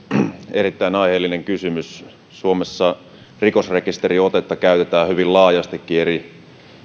erittäin aiheellinen kysymys suomessa rikosrekisteriotetta käytetään hyvin laajastikin eri